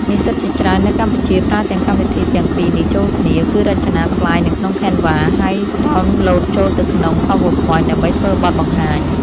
និស្សិតជាច្រើននៅកម្ពុជាប្រើទាំងកម្មវិធីទាំងពីរនេះចូលគ្នា គឺរចនាស្លាយនៅក្នុង Canva ហើយដោនឡូតចូលទៅក្នុង PowerPoint ដើម្បីធ្វើបទបង្ហាញ។